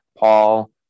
Paul